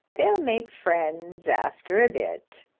they'll make friends after a bit.